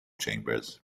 chambers